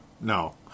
No